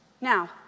Now